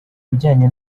bijyanye